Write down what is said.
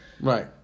Right